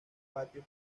patio